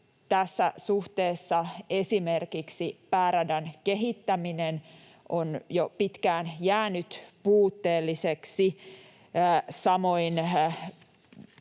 Tässä suhteessa esimerkiksi pääradan kehittäminen on jo pitkään jäänyt puutteelliseksi, samoin